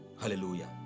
Hallelujah